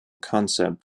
concept